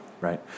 Right